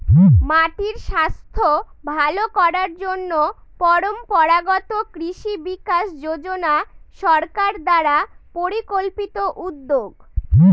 মাটির স্বাস্থ্য ভালো করার জন্য পরম্পরাগত কৃষি বিকাশ যোজনা সরকার দ্বারা পরিকল্পিত উদ্যোগ